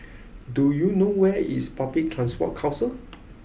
do you know where is Public Transport Council